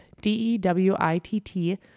d-e-w-i-t-t